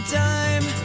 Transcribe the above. time